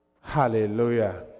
Hallelujah